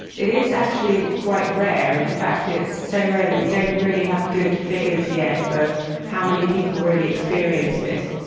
it is actually quite rare, and in fact it's so rare that we don't really have good figures yet for how many people really experience this.